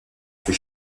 fut